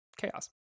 chaos